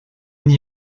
n’y